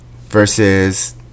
Versus